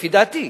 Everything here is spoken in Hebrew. לפי דעתי,